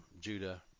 Judah